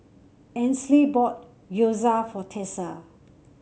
Ainsley bought Gyoza for Tessa